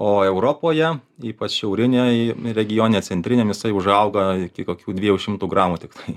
o europoje ypač šiaurinėj regione centriniam jisai užauga iki kokių dviejų šimtų gramų tiktai